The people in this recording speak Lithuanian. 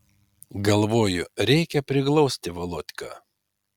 galvoju reikia priglausti volodką